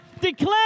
declare